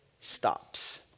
stops